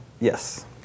Yes